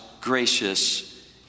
gracious